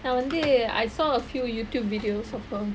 நா வந்து:naa vanthu I saw a few YouTube videos of her